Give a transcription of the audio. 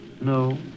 No